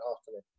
afternoon